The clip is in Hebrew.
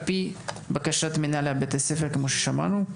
על פי בקשת מנהלי בתי הספר כמו ששמענו.